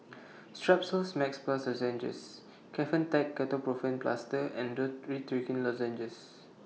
Strepsils Max Plus Lozenges Kefentech Ketoprofen Plaster and Dorithricin Lozenges